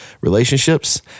relationships